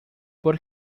por